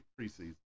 preseason